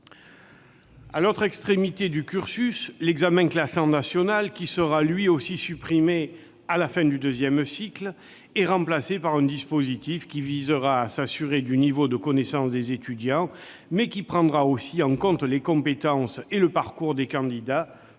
À l'autre extrémité du cursus, l'examen classant national, qui sera lui aussi supprimé à la fin du deuxième cycle, est remplacé par un dispositif visant à s'assurer du niveau de connaissances des étudiants tout en prenant en compte les compétences et le parcours des candidats